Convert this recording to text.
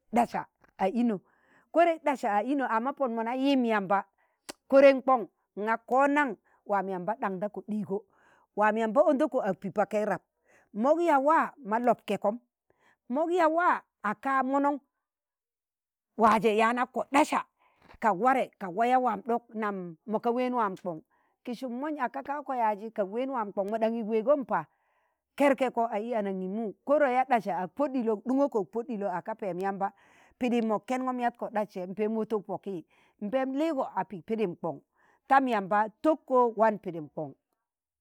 ɗasa a ino, korei ɗasa a ino amma pon mọ na yim yamba korein kọṇg ṇga ko naṇ nam yamba ɗaṇdakọ ɗigo, waam yamba undako ag pii pakai rab mọk yaa waa mo lop kẹkọm mok yaa waa agka monoṇ, waaje yanako ɗasa, kak warẹ kak waa yaa wamɗok nam mọ ka ween waam kọṇ. ki sum monj aka ka wako yaazi kak ween waamkon ti sum monj aka ka wako yaazi kak ween waa mkon mo ɗanye ak weegom pa kẹr kẹko a i anangimu koro ya ɗasa ak pod ɗilo ak ɗuṇwuko ak pod ɗilo agka peem yamba pidim mo kẹnọm yat ko ɗas se peem wotuk poki mpeem liigo a ị pidim kọṇ, tam yamba tokko wan pidim kọṇ.